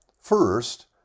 First